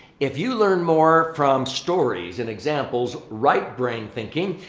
if you learn more from stories and examples right-brain thinking,